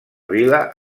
vila